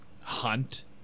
hunt